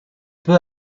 peu